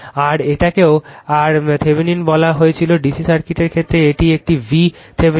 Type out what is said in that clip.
আর এটাকেও আর থেভনিন বলা হয়েছিল D C সার্কিটের ক্ষেত্রে এটি একটি V থেভেনিন